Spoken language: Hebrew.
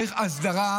כן.